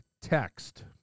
text